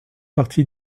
partie